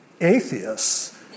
atheists